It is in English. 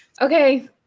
Okay